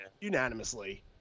Unanimously